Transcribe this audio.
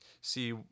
see